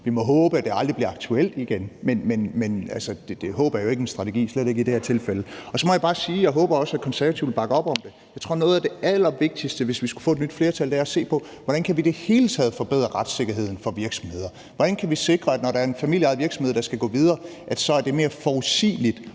Vi må håbe, at det aldrig bliver aktuelt igen, men håb er jo ikke en strategi – slet ikke i det her tilfælde. Så må jeg bare sige, at jeg også håber, at Konservative vil bakke op om det. Jeg tror, at noget af det allervigtigste, hvis vi skulle få et nyt flertal, er at se på, hvordan vi i det hele taget kan forbedre retssikkerheden for virksomheder. Hvordan kan vi sikre, at når der er en familieejet virksomhed, der skal gå videre, er det en mere forudsigelig